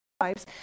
lives